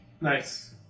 Nice